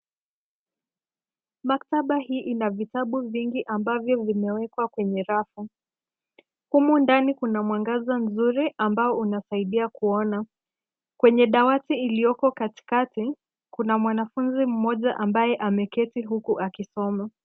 Maktaba hii ina vitabu vingi ambavyo vimeekwa kwenye rafu. Humu ndani kuna mwangaza mzuri ambao unasaidia kuona. Kwenye dawati iliyokokatikati, kuna mwanafunzi mmoja ambaye ameketi huku akisoma.